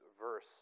verse